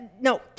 No